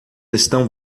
estão